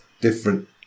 different